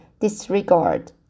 disregard